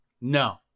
No